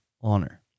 honor